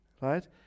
Right